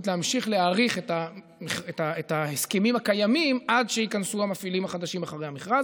להמשיך להאריך את ההסכמים הקיימים עד שייכנסו המפעילים החדשים אחרי המכרז.